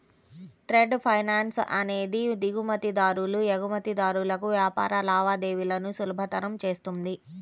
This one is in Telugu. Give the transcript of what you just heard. ట్రేడ్ ఫైనాన్స్ అనేది దిగుమతిదారులు, ఎగుమతిదారులకు వ్యాపార లావాదేవీలను సులభతరం చేస్తుంది